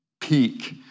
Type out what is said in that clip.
peak